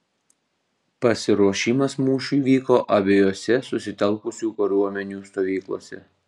pasiruošimas mūšiui vyko abiejose susitelkusių kariuomenių stovyklose